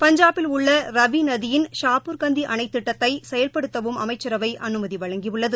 பஞ்சாபில் உள்ள ரவி நதியின் ஷாபுர்கந்தி அணைத்திட்டத்தை செயல்படுத்தவும் அமைச்சரவை அனுமதி வழங்கியுள்ளது